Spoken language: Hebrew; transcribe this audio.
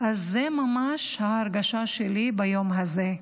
זו ממש ההרגשה שלי ביום הזה.